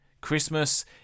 Christmas